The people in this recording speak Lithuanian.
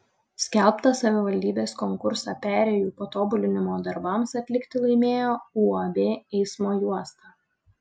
skelbtą savivaldybės konkursą perėjų patobulinimo darbams atlikti laimėjo uab eismo juosta